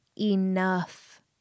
enough